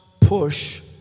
push